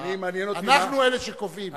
אנחנו אלה שקובעים.